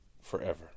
forever